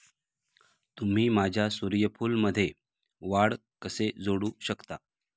तुम्ही माझ्या सूर्यफूलमध्ये वाढ कसे जोडू शकता?